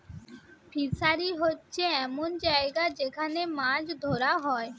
fishery হোচ্ছে এমন জাগা যেখান মাছ ধোরা হয়